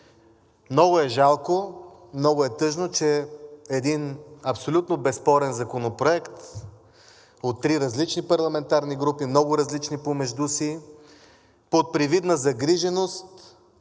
Много е жалко, много е тъжно, че един абсолютно безспорен законопроект от три различни парламентарни групи, много различни помежду си, под привидна загриженост,